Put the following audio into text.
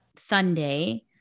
Sunday